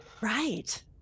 right